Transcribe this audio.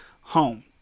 home